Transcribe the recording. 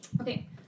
Okay